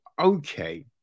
okay